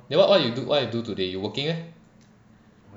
then what what what you do today you working meh